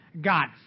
God